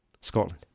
Scotland